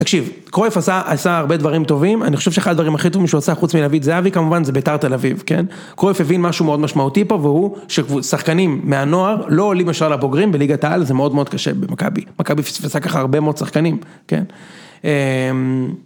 תקשיב, קרויף עשה עשה הרבה דברים טובים, אני חושב שאחד הדברים הכי טובים שהוא עשה חוץ מלהביא את זהבי כמובן זה ביתר תל אביב, כן? קרויף הבין משהו מאוד משמעותי פה, והוא ששחקנים מהנוער לא עולים ישר לבוגרים בליגת העל, זה מאוד מאוד קשה במכבי. מכבי פספסה ככה הרבה מאוד שחקנים, כן?